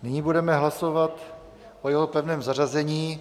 Nyní budeme hlasovat o jeho pevném zařazení.